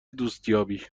دوستیابی